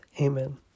Amen